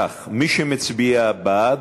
כך: מי שמצביע בעד,